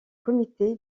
comité